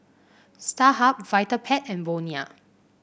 Starhub Vitapet and Bonia